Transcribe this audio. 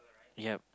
ya